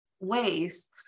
ways